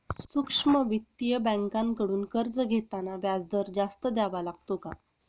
सूक्ष्म वित्तीय बँकांकडून कर्ज घेताना व्याजदर जास्त द्यावा लागतो का?